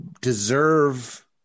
deserve